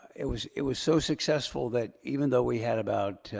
it was it was so successful that even though we had about,